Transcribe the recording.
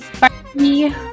bye